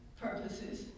purposes